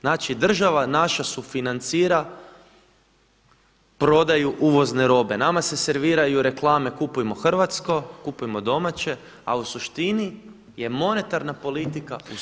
Znači država naša sufinancira prodaju uvozne robe, nama se serviraju reklame kupujmo hrvatsko, kupujmo domaće, a u suštini je monetarna politika u službi.